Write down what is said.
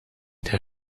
der